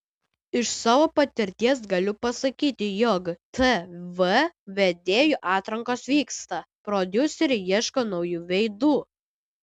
iš savo patirties galiu pasakyti jog tv vedėjų atrankos vyksta prodiuseriai ieško naujų veidų